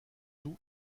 tout